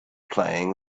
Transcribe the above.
playing